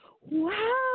Wow